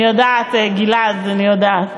אני יודעת, גלעד, אני יודעת.